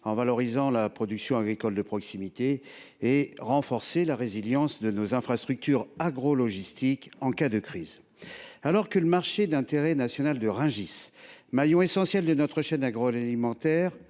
en valorisant la production agricole de proximité et renforcer la résilience de nos infrastructures agrologistiques en cas de crise. Alors que le marché d’intérêt national de Rungis, maillon essentiel de notre chaîne agroalimentaire,